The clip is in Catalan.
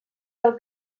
del